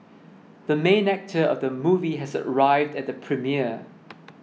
the main actor of the movie has arrived at the premiere